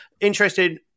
interesting